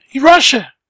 Russia